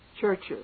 churches